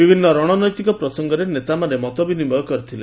ବିଭିନ୍ନ ରଣନୈତିକ ପ୍ରସଙ୍ଗରେ ନେତାମାନେ ମତ ବିନିମୟ କରିଥିଲେ